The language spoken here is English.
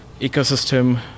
ecosystem